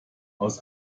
aus